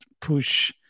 push